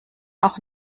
auch